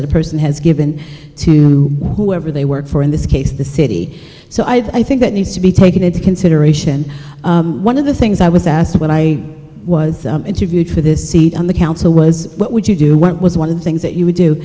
that a person has given to whoever they work for in this case the city so i think that needs to be taken into consideration one of the things i was asked when i was interviewed for this seat on the council was what would you do what was one of the things that you would do